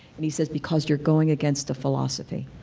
and he said because you are going against a philosophy,